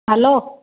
hello